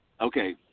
Okay